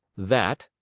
that,